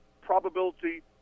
probability